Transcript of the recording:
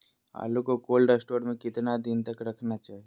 आलू को cold store में कितना दिन तक रखना चाहिए?